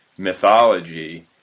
mythology